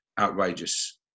outrageous